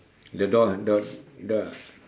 the door handle handle